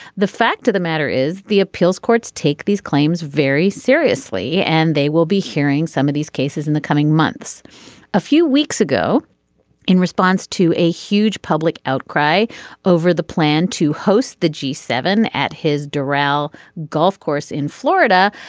the fact of the matter is the appeals courts take these claims very seriously and they will be hearing some of these cases in the coming months a few weeks ago in response to a huge public outcry over the plan to host the g seven at his doral golf course in florida.